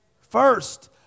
first